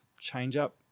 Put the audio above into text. change-up